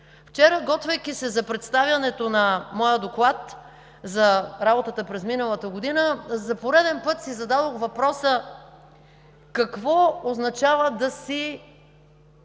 Вчера, готвейки се за представянето на моя доклад за работата през миналата година, за пореден път си зададох въпроса: какво означава да си